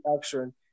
action